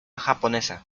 japonesa